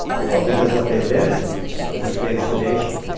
because what they've been in is a state of sedation.